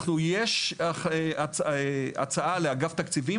יש הצעה לאגף תקציבים,